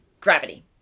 Gravity